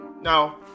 Now